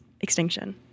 extinction